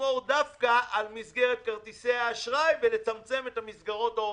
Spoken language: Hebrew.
לשמור דווקא על מסגרת כרטיסי האשראי ולצמצם את מסגרות האוברדרפט?